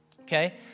Okay